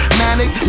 manic